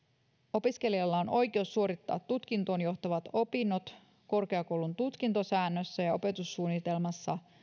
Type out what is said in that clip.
opiskelijalla on oikeus suorittaa tutkintoon johtavat opinnot korkeakoulun tutkintosäännössä ja opetussuunnitelmassa määräämällä